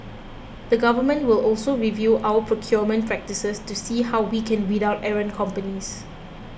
the Government will also review our procurement practices to see how we can weed out errant companies